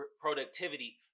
productivity